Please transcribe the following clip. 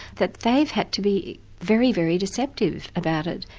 that they've had to be very, very deceptive about it,